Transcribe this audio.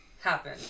happen